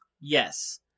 yes